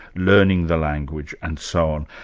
learning the language and so on.